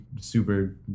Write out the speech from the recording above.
super